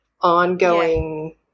ongoing –